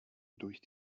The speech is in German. durch